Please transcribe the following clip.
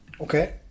Okay